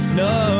no